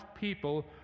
people